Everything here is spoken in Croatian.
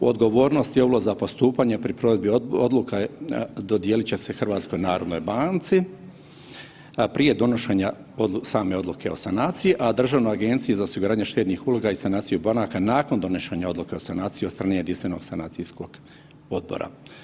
Odgovornost i ovlast za postupanje pri provedbi odluka dodijelit će se HNB-u prije donošenja same odluke o sanaciji, a Državnoj agenciji za osiguranje štednih uloga i sanaciju banaka nakon donošenja odluke o sanaciji od strane jedinstvenog sanacijskog odbora.